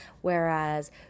whereas